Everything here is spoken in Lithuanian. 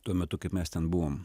tuo metu kai mes ten buvom